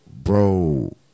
Bro